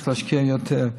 צריך להשקיע יותר.